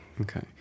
Okay